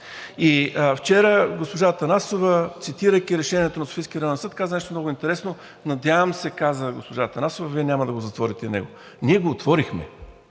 И вчера госпожа Атанасова, цитирайки решението на Софийския районен съд, каза нещо много интересно: „Надявам се – каза госпожа Атанасова – Вие няма да го затворите и него.“ Ние го отворихме